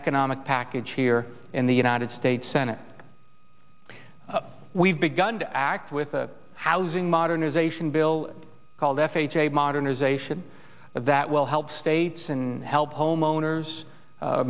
economic package here in the united states senate we've begun to act with a housing modernization bill called f h a modernization that will help states and help homeowners